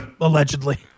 allegedly